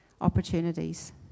opportunities